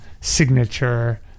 signature